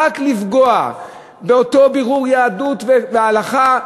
רק לפגוע באותו בירור יהדות והלכה,